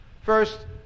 First